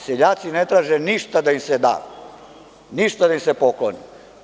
Seljaci ne traže ništa da im se da, ništa da im se pokloni.